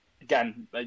again